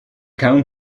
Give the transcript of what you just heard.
count